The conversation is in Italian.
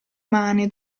mani